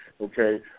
okay